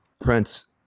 Prince